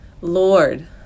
lord